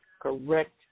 correct